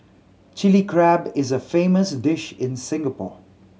Chilli Crab is a famous dish in Singapore